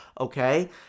Okay